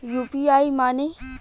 UPI माने?